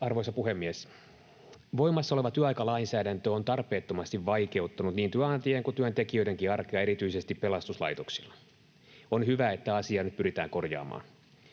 Arvoisa puhemies! Voimassa oleva työaikalainsäädäntö on tarpeettomasti vaikeuttanut niin työnantajien kuin työntekijöidenkin arkea erityisesti pelastuslaitoksilla. On hyvä, että asia pyritään nyt korjaamaan.